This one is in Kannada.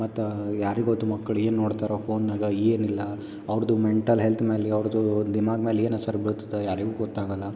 ಮತ್ತು ಯಾರಿಗೆ ಗೊತ್ತು ಮಕ್ಕಳು ಏನು ನೋಡ್ತಾರೆ ಫೋನ್ನಾಗೆ ಏನಿಲ್ಲ ಅವ್ರದ್ದು ಮೆಂಟಲ್ ಹೆಲ್ತ್ ಮೇಲೆ ಅವ್ರದ್ದು ಧಿಮಾಕ್ ಮೇಲೆ ಏನು ಅಸರ್ ಬೀಳ್ತದೆ ಯಾರಿಗು ಗೊತ್ತು ಆಗೋಲ್ಲ